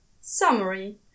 Summary